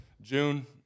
June